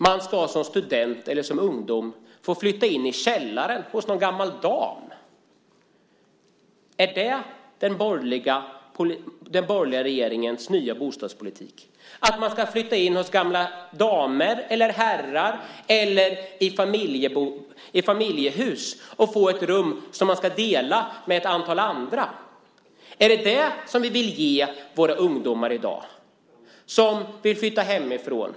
Man ska som student eller annan ungdom få flytta in i källaren hos någon gammal dam! Är det den borgerliga regeringens nya bostadspolitik att man ska flytta in hos gamla damer eller herrar eller i familjehus och få ett rum att dela med ett antal andra? Är det vad vi vill ge våra ungdomar som i dag vill flytta hemifrån?